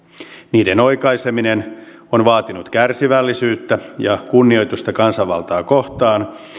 niiden oikaiseminen on vaatinut kärsivällisyyttä ja kunnioitusta kansanvaltaa kohtaan